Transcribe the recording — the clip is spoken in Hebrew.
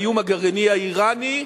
באיום הגרעיני האירני,